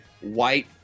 white